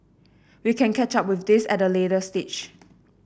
we can catch up with this at a later stage